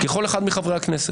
ככל אחד מחברי הכנסת.